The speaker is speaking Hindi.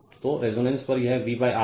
तो रेजोनेंस पर यह V R है